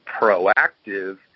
proactive